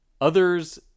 Others